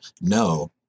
No